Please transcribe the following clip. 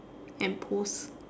and pose